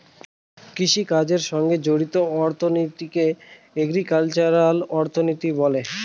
কৃষিকাজের সঙ্গে জড়িত অর্থনীতিকে এগ্রিকালচারাল অর্থনীতি বলে